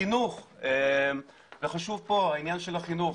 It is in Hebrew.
חינוך, וחשוב פה על העניין של החינוך.